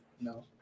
No